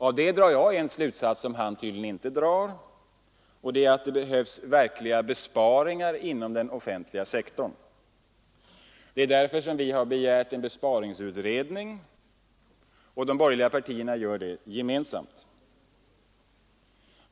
Av detta drar jag en slutsats som han tydligen inte drar: att det behövs besparingar inom den offentliga sektorn. Därför har vi begärt en besparingsutredning — de borgerliga partierna gör det gemensamt.